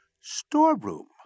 Storeroom